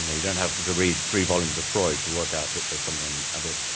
you know, you don't have to read three volumes of freud to work out that there's something a bit,